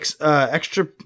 extra